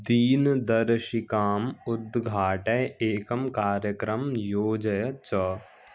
दिनदर्शिकाम् उद्घाटय एकं कार्यक्रमं योजय च